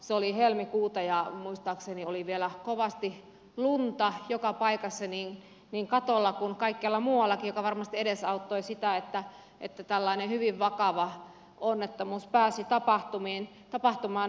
se oli helmikuuta ja muistaakseni oli vielä kovasti lunta joka paikassa niin katolla kuin kaikkialla muuallakin mikä varmasti edesauttoi sitä että tällainen hyvin vakava onnettomuus pääsi tapahtumaan